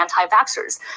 anti-vaxxers